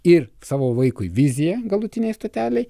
ir savo vaikui viziją galutinėj stotelėj